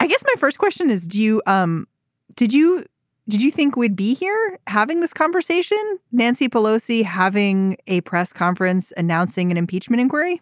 i guess my first question is do you um did you did you think we'd be here having this conversation nancy pelosi having a press conference announcing an impeachment inquiry